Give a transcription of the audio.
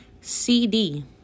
CD